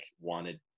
wanted